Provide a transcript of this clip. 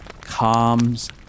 calms